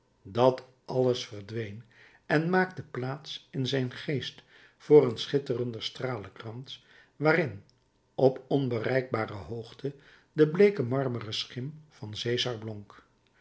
dat alles verdween en maakte plaats in zijn geest voor een schitterenden stralenkrans waarin op onbereikbare hoogte de bleeke marmeren schim van cesar